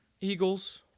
Eagles